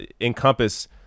encompass